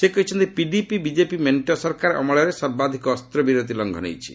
ସେ କହିଛନ୍ତି PDP BJP ମେଣ୍ଟ ସରକାର ଅମଳରେ ସର୍ବାଧକ ଅସ୍ତ୍ରବିରତି ଲଙ୍ଘନ ହୋଇଛି